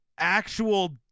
actual